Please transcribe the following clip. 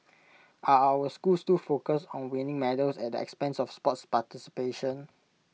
are our schools too focused on winning medals at the expense of sports participation